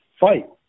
fight